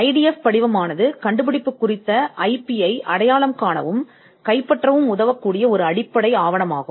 IDF என்பது ஒரு கண்டுபிடிப்பு தொடர்பான ஐபி அடையாளம் காணவும் கைப்பற்றவும் ஒரு அடிப்படை ஆவணமாகும்